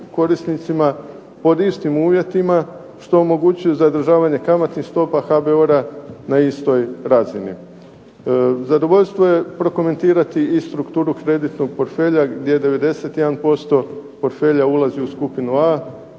korisnicima pod istim uvjetima, što omogućuje zadržavanje kamatnih stopa HBOR-a na istoj razini. Zadovoljstvo je prokomentirati i strukturu kreditnog portfelja gdje 91% portfelja ulazi u skupinu A,